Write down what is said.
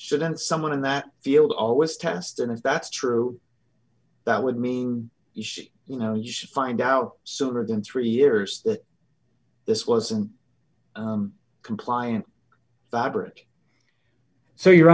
shouldn't someone in that field always test and if that's true that would mean you know you should find out sooner than three years that this wasn't compliant that brick so your